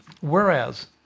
whereas